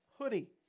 hoodie